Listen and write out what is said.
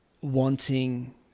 wanting